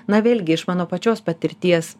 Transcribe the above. na vėlgi iš mano pačios patirties